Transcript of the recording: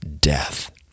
death